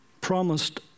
promised